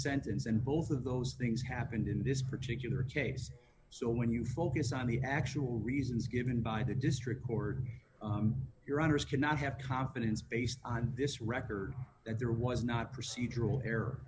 sentence and both of those things happened in this particular case so when you focus on the actual reasons given by the district court your honors cannot have confidence based on this record that there was not procedural error